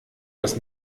das